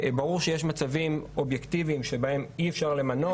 ברור שיש מצבים אובייקטיביים שבהם אי אפשר למנות.